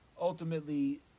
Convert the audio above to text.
ultimately